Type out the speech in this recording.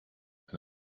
and